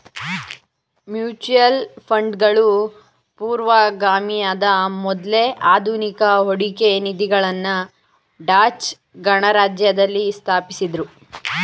mutual ಫಂಡ್ಗಳು ಪೂರ್ವಗಾಮಿಯಾದ ಮೊದ್ಲ ಆಧುನಿಕ ಹೂಡಿಕೆ ನಿಧಿಗಳನ್ನ ಡಚ್ ಗಣರಾಜ್ಯದಲ್ಲಿ ಸ್ಥಾಪಿಸಿದ್ದ್ರು